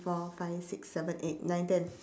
four five six seven eight nine ten